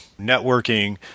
networking